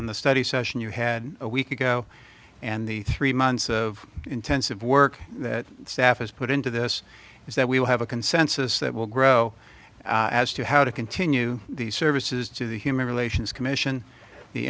on the study session you had a week ago and the three months of intensive work that staff has put into this is that we will have a consensus that will grow as to how to continue these services to the human relations commission the